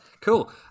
cool